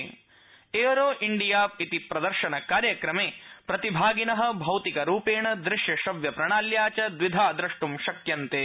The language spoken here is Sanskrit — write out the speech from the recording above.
एयरो इंडिया प्रदर्शनकार्यक्रमे प्रतिभागिनः भौतिक रुपेण दृश्यश्रव्यप्रणाल्या च द्विधा द्रष्ट्र शक्यन्ते